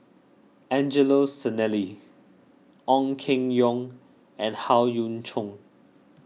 Angelo Sanelli Ong Keng Yong and Howe Yoon Chong